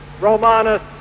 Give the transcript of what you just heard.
Romanus